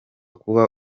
kuba